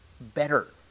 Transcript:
better